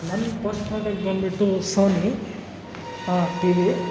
ನನ್ನ first product ಬನ್ಬಿಟ್ಟು Sony T V